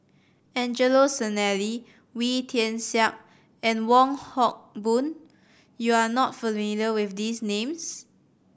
Angelo Sanelli Wee Tian Siak and Wong Hock Boon you are not familiar with these names